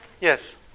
Yes